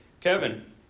Kevin